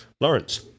Lawrence